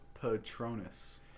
Patronus